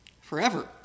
forever